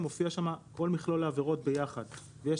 מופיע שם כל מכלול העבירות ביחד ויש